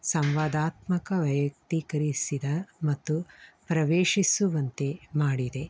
ಸಂವಾದಾತ್ಮಕ ವೈಯಕ್ತೀಕರಿಸಿದ ಮತ್ತು ಪ್ರವೇಶಿಸುವಂತೆ ಮಾಡಿದೆ